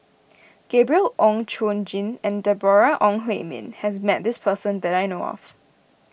Gabriel Oon Chong Jin and Deborah Ong Hui Min has met this person that I know of